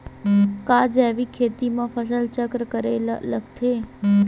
का जैविक खेती म फसल चक्र करे ल लगथे?